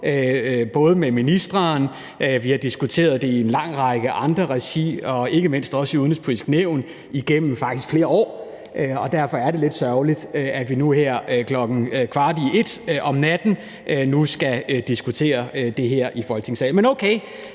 også med ministeren, og vi har diskuteret det i en lang række andre regi og ikke mindst også i Det Udenrigspolitiske Nævn igennem faktisk flere år, og derfor er det lidt sørgeligt, at vi nu her kl. 00.45 om natten skal diskutere det i Folketingssalen. Men okay,